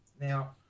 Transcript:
Now